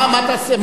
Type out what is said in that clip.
מה תעשה?